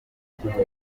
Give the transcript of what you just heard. bijyanye